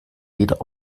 wieder